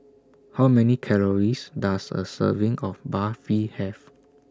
How Many Calories Does A Serving of Barfi Have